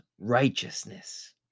righteousness